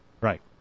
Right